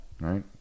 right